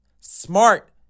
smart